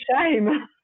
shame